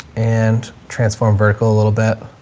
and transform vertical a little bit